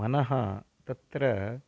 मनः तत्र